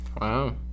Wow